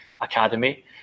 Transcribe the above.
academy